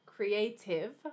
Creative